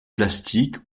plastique